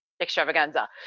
extravaganza